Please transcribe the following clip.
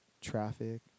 traffic